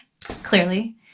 clearly